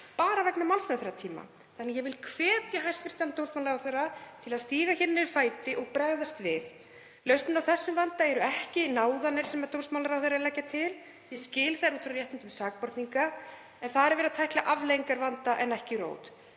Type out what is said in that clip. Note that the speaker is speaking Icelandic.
bara vegna málsmeðferðartíma. Ég vil hvetja hæstv. dómsmálaráðherra til að stíga hér niður fæti og bregðast við. Lausnin á þessum vanda er ekki náðanir sem dómsmálaráðherra er að leggja til. Ég skil þær út frá réttindum sakborninga en þar er verið að tækla afleiðingar vanda en ekki rót.